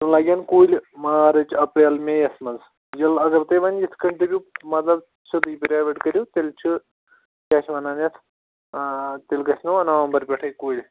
تِم لَگن کُلۍ مارٕچ اَپریل مئی یَس منٛز ییٚلہِ اگر تُہۍ وۅنۍ یِتھ کٔنۍ دٔپِو مطلب سیٚودُے پریویٹ کٔرِو تیٚلہِ چھُ کیٛاہ چھِ وَنان یَتھ تیٚلہِ گژھِ نو نَوَمبَر پٮ۪ٹھٕے کُلۍ